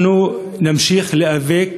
אנחנו נמשיך להיאבק